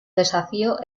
desafío